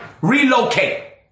Relocate